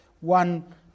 One